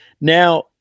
now